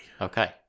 Okay